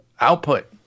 output